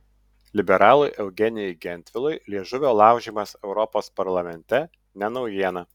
liberalui eugenijui gentvilui liežuvio laužymas europos parlamente ne naujiena